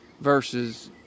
versus